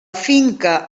finca